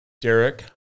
Derek